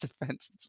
defense